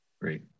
Great